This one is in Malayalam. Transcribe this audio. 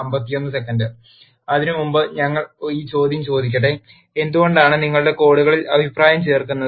അതിനുമുമ്പ് ഞങ്ങൾ ഈ ചോദ്യം ചോദിക്കട്ടെ എന്തുകൊണ്ടാണ് നിങ്ങളുടെ കോഡുകളിൽ അഭിപ്രായങ്ങൾ ചേർക്കുന്നത്